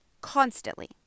constantly